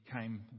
came